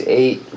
eight